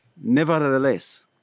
Nevertheless